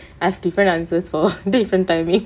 I have different answers for different timing